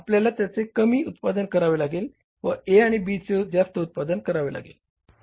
तर आपल्याला त्याचे कमी उत्पादन करावे लागले व A आणि B चे जास्त उत्पादन करावे लागले